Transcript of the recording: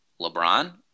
LeBron